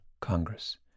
Congress